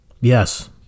Yes